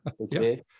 Okay